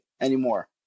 anymore